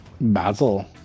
Basil